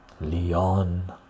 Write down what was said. Leon